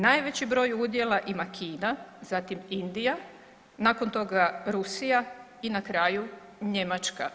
Najveći broj udjela ima Kina, zatim Indija, nakon toga Rusija i na kraju, Njemačka.